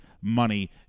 money